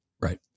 Right